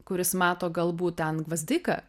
kuris mato galbūt ten gvazdiką